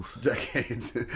decades